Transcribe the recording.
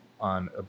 on